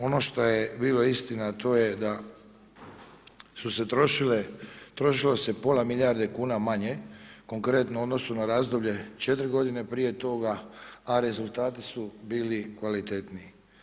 Ono što je bilo istina a to je da se trošilo pola milijarde kuna manje, konkretno u odnosu na razdoblje 4 godine prije toga, a rezultati su bili kvalitetniji.